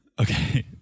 Okay